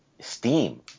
Steam